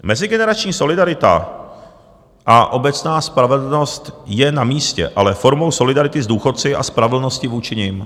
Mezigenerační solidarita a obecná spravedlnost je namístě, ale formou solidarity s důchodci a spravedlnosti vůči nim.